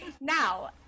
now